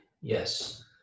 yes